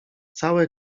całe